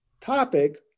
topic